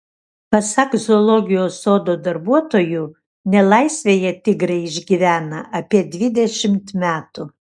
pasak zoologijos sodo darbuotojų nelaisvėje tigrai išgyvena apie dvidešimt metų